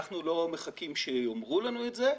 אנחנו לא מחכים שיאמרו לנו את זה.